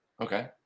Okay